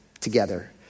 together